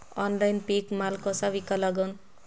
Online पीक माल कसा विका लागन?